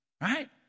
right